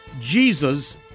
Jesus